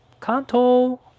Kanto